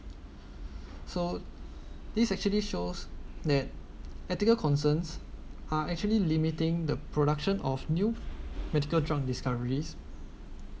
so this actually shows that ethical concerns are actually limiting the production of new medical drunk discoveries